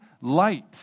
light